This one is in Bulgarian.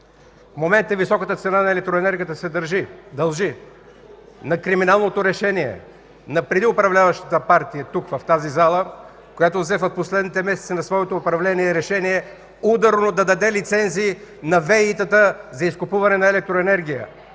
в момента високата цена на електроенергията се дължи на криминалното решение на преди управляващата партия тук, в тази зала, която взе решение в последните месеци на своето управление ударно да даде лицензи на ВЕИ-та за изкупуване на електроенергия.